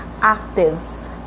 active